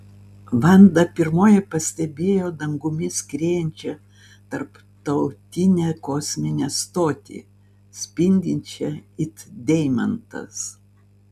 vanda pirmoji pastebėjo dangumi skriejančią tarptautinę kosminę stotį spindinčią it deimantas